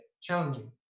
challenging